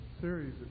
series